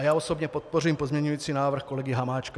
Já osobně podpořím pozměňující návrh kolegy Hamáčka.